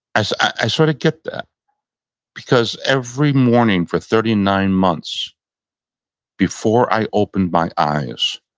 i so i sort of get that because every morning for thirty nine months before i opened my eyes,